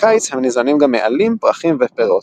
בקיץ הם ניזונים גם מעלים, פרחים ופירות.